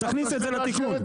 אז מי מאשר?